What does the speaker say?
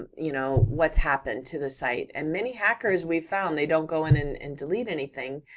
um you know, what's happened to the site, and many hackers, we've found, they don't go in in and delete anything,